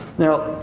now,